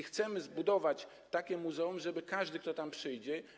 Chcemy zbudować takie muzeum, żeby każdy, kto tam przyjdzie.